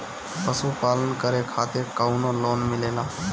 पशु पालन करे खातिर काउनो लोन मिलेला?